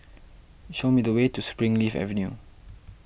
show me the way to Springleaf Avenue